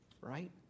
right